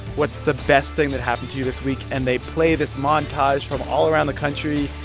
what's the best thing that happened to you this week? and they play this montage from all around the country.